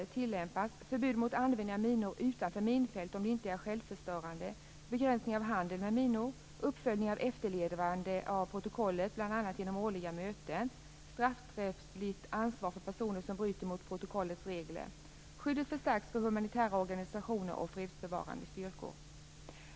Förbud mot användning av minor utanför minfält om de inte är självförstörande. Begränsning av handel med minor. Uppföljning av efterlevnaden av protokollet, bl.a. vid årliga möten. Straffrättsligt ansvar för personer som bryter mot protokollets regler. Skyddet förstärks för humanitära organisationer och fredsbevarande styrkor.